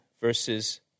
versus